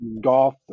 golf